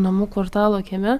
namų kvartalo kieme